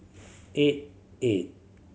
eight eight